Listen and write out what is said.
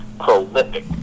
prolific